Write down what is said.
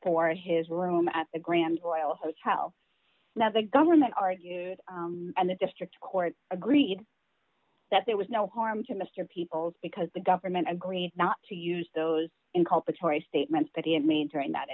for his room at the grand oil hotel now the government argued and the district court agreed that there was no harm to mr people's because the government agreed not to use those inculpatory statements that he had made during that